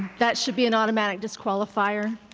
that should be an automatic disqualifier.